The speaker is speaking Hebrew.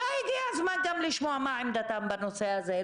אולי הגיע הזמן גם לשמוע מה עמדתם בנושא הזה.